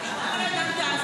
זבובים?